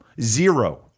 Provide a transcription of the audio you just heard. Zero